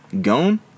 gone